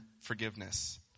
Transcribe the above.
forgiveness